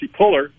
Puller